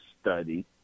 study